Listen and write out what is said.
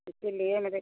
इसी लिए मेरे